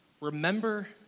remember